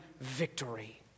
victory